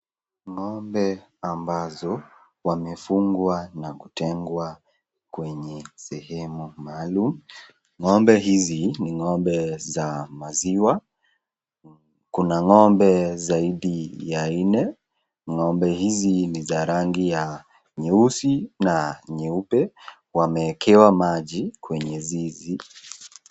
Ng'ombe ambao wamefunga na kutengwa kwenye sehemu maalum, ng'ombe hizi ni ng'ombe za maziwa, kuna ng'ombe zaidi ya nne, ng'ombe hawa ni wa rangi ya nyeusi na nyeupe, wamewekewa maji kwenye zizi.